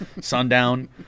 Sundown